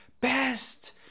best